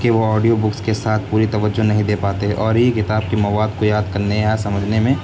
کہ وہ audio books کے ساتھ پوری توجہ نہیں دے پاتے اور یہ کتاب کے مواد کو یاد کرنے یا سمجھنے میں